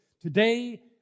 Today